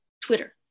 twitter